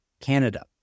Canada